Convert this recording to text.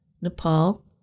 Nepal